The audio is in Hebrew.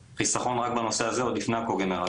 חיסכון רק בנושא הזה עוד לפני הקוגנרציה.